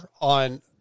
on